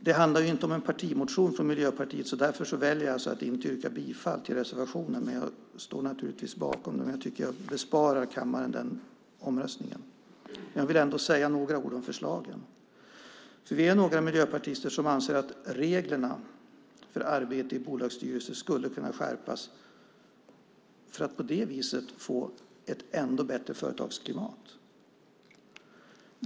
Det är ju inte en partimotion från Miljöpartiet; därför väljer jag att inte yrka bifall till reservationen. Jag står naturligtvis bakom den, men besparar kammaren den omröstningen. Jag vill ändå säga några ord om förslagen. Vi är några miljöpartister som anser att reglerna för arbete i bolagsstyrelser skulle kunna skärpas för att skapa ett ännu bättre företagsklimat.